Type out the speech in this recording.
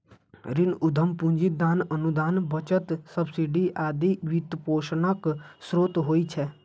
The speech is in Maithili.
ऋण, उद्यम पूंजी, दान, अनुदान, बचत, सब्सिडी आदि वित्तपोषणक स्रोत होइ छै